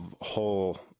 whole